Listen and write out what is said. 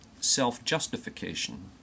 self-justification